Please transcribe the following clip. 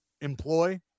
employ